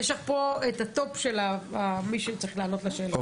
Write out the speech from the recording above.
יש לך פה את הטופ של מי שצריך לענות לשאלות האלה,